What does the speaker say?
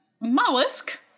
mollusk